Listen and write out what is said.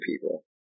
people